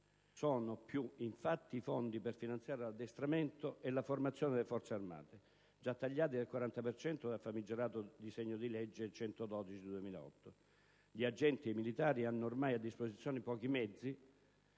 sono più, infatti, i fondi per finanziare l'addestramento e la formazione delle Forze armate, già tagliati del 40 per cento dal famigerato decreto-legge n. 112 del 2008. Gli agenti e i militari hanno ormai a disposizione pochi mezzi,